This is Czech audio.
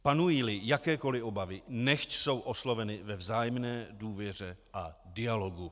Panujíli jakékoli obavy, nechť jsou osloveny ve vzájemné důvěře a dialogu.